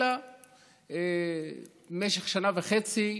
אלא במשך שנה וחצי,